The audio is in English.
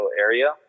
area